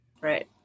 Right